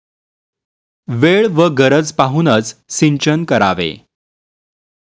वेळ व गरज पाहूनच सिंचन करावे